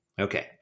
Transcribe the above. Okay